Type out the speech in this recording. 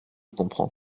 comprends